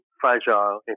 fragile